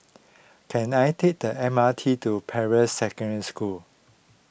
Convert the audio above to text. can I take the M R T to Peirce Secondary School